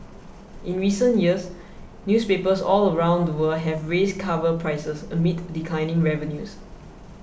in recent years newspapers all around the world have raised cover prices amid declining revenues